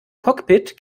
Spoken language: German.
cockpit